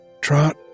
Trot